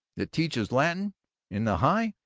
that teaches latin in the high,